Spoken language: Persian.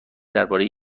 درباره